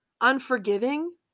unforgiving